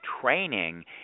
training